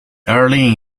early